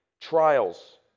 trials